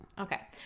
okay